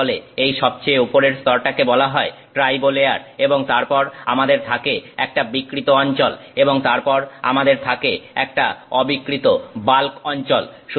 এটাকে বলে এই সবচেয়ে উপরের স্তরটাকে বলা হয় ট্রাইবো লেয়ার এবং তারপর আমাদের থাকে একটা বিকৃত অঞ্চল এবং তারপর আমাদের থাকে একটা অবিকৃত বাল্ক অঞ্চল